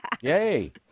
yay